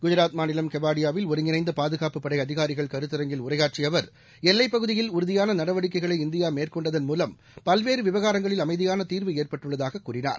குஜராத் மாநிலம் கேவாடியாவில் ஒருங்கிணைந்தபாதுகாப்புப்படைஅதினரிகள் கருத்தரங்கில் உரையாற்றியஅவர் எல்லைப்பகுதியில் உறுதியானநடவடிக்கைகளை இந்தியாமேற்கொண்டதன் மூலம் பல்வேறுவிவகாரங்களில் அம்தியானதீர்வு ஏற்பட்டுள்ளதாககூறினார்